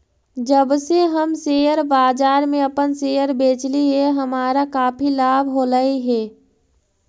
जब से हम शेयर बाजार में अपन शेयर बेचली हे हमारा काफी लाभ होलई हे